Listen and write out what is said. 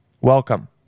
welcome